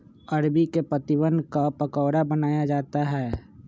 अरबी के पत्तिवन क पकोड़ा बनाया जाता है